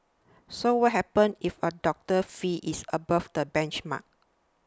so what happens if a doctor's fee is above the benchmark